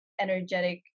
energetic